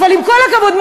אבל עם כל הכבוד,